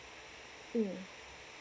mm